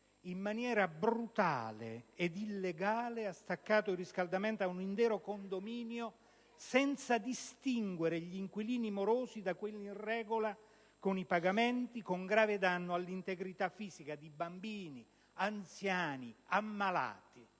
in maniera brutale ed illegale ha staccato il riscaldamento ad un intero condominio, senza distinguere gli inquilini morosi da quelli in regola con i pagamenti, con grave danno all'integrità fisica di bambini, anziani e ammalati.